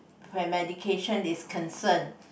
where medication is concern